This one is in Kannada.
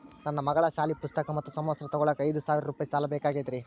ನನ್ನ ಮಗಳ ಸಾಲಿ ಪುಸ್ತಕ್ ಮತ್ತ ಸಮವಸ್ತ್ರ ತೊಗೋಳಾಕ್ ಐದು ಸಾವಿರ ರೂಪಾಯಿ ಸಾಲ ಬೇಕಾಗೈತ್ರಿ